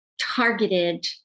Targeted